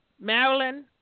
Maryland